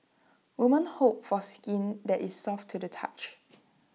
women hope for skin that is soft to the touch